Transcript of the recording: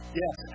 yes